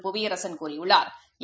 Puviyarasan கூறியுள்ளாளா்